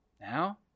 Now